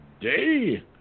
Day